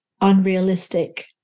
unrealistic